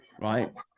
right